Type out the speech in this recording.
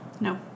No